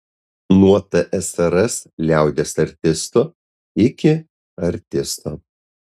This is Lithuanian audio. nuo tsrs liaudies artisto iki artisto